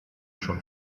schon